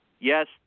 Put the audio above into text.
Yes